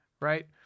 right